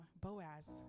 boaz